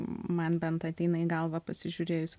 man bent ateina į galvą pasižiūrėjus